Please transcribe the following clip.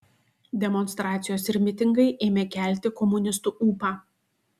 demonstracijos ir mitingai ėmė kelti komunistų ūpą